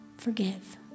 forgive